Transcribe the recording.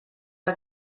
que